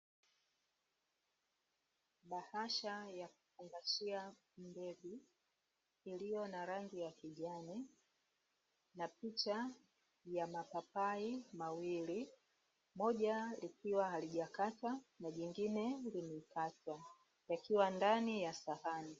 Bahasha ya kufungashia mbegu, iliyo na rangi ya kijani na picha ya mapapai mawili ,moja likiwa halijakatwa na jingine limekatwa, yakiwa ndani ya sahani.